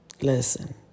listen